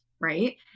right